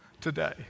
today